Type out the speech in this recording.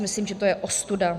Myslím si, že to je ostuda.